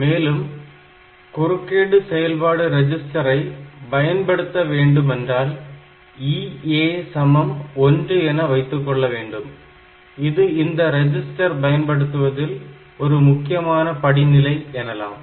மேலும் குறுக்கீடு செயல்பாடு ரிஜிஸ்டர் ஐ பயன்படுத்த வேண்டும் என்றால் EA1 என வைத்துக்கொள்ளவேண்டும் இது இந்த ரெஜிஸ்டர் பயன்படுத்துவதில் ஒரு முக்கியமான படிநிலை எனலாம்